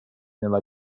nella